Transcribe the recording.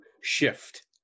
shift